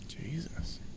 Jesus